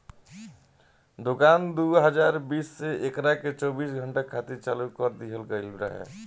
दुकान दू हज़ार बीस से एकरा के चौबीस घंटा खातिर चालू कर दीहल गईल रहे